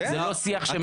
זה לא שיח שמקובל עליי.